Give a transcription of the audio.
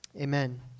Amen